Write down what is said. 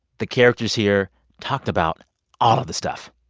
the characters here talked about all of the stuff.